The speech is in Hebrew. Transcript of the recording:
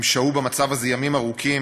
הם שהו במצב הזה ימים ארוכים,